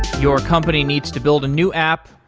your company needs to build a new app,